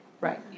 Right